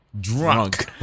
Drunk